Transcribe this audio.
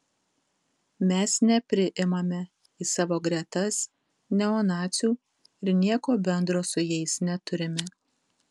mes nepriimame į savo gretas neonacių ir nieko bendro su jais neturime